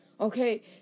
Okay